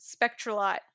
Spectralite